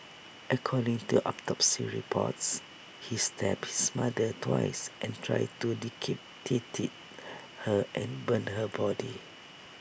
according to autopsy reports he stabbed his mother twice and tried to decapitated her and burn her body